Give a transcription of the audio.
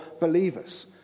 believers